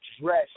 dress